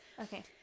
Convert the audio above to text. Okay